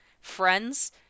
friends